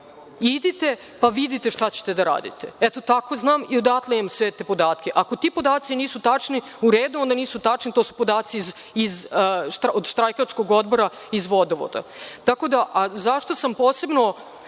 idite pa vidite šta ćete da radite. Znam i odakle imam sve te podatke. Ako ti podaci nisu tačni – u redu, oni nisu tačni, to su podaci od štrajkačkog odbora iz Vodovoda. Razlog što sam posebno